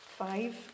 five